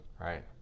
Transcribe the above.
Right